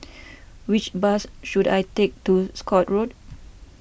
which bus should I take to Scotts Road